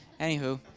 Anywho